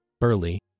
Burley